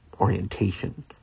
orientation